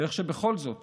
ואיך שבכל זאת